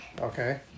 Okay